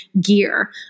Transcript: gear